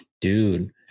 Dude